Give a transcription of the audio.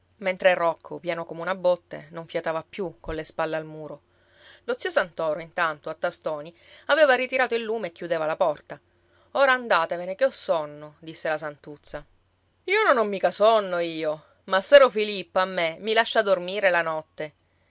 mentre rocco pieno come una botte non fiatava più colle spalle al muro lo zio santoro intanto a tastoni aveva ritirato il lume e chiudeva la porta ora andatevene che ho sonno disse la santuzza io non ho mica sonno io massaro filippo a me mi lascia dormire la notte